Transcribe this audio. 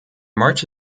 march